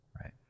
Right